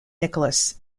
nicholas